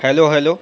hello hello